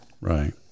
Right